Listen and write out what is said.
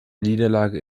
niederlage